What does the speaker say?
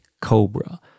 Cobra